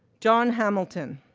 john hamilton,